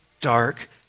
dark